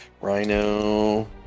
Rhino